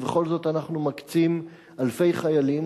ובכל זאת אנחנו מקצים אלפי חיילים,